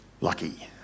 lucky